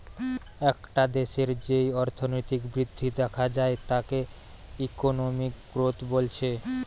একটা দেশের যেই অর্থনৈতিক বৃদ্ধি দেখা যায় তাকে ইকোনমিক গ্রোথ বলছে